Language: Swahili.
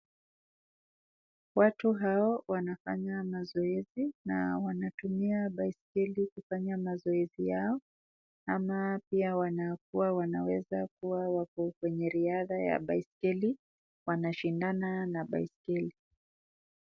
Watu hawa wanafanya mazoezi na wanatumia baiskeli kufanya mazoezi yao ama pia wanakuwa wanaweza kuwa wako kwenye riadha ya baiskeli wanashindana na baiskeli.